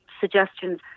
suggestions